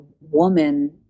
woman